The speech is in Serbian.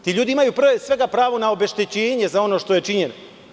Ti ljudi imaju pre svega pravo na obeštećenje za ono što je činjeno.